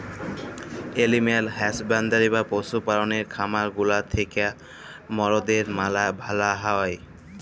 animal husbandry বা পশু পাললের খামার গুলা থিক্যা মরদের ম্যালা ভালা হ্যয়